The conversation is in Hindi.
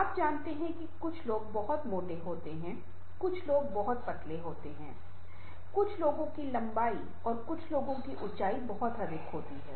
आप जानते हैं कि कुछ लोग बहुत मोटे होते हैं कुछ लोग बहुत पतले होते हैं कुछ लोगों की लंबाई और कुछ लोगों की ऊंचाई बहुत अधिक होती है